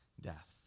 death